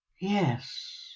yes